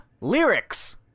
lyrics